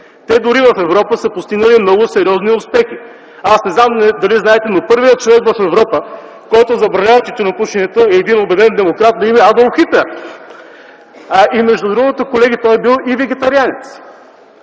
Те дори в Европа са постигнали много сериозни успехи. Не знам дали знаете, но първият човек в Европа, който забранява тютюнопушенето, е един убеден демократ на име Адолф Хитлер. Между другото, колеги, той е бил и вегетарианец.